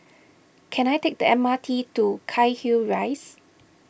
can I take the M R T to Cairnhill Rise